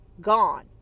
gone